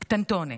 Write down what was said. קטנטונת.